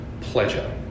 pleasure